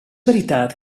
veritat